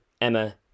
Emma